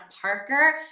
Parker